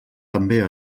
també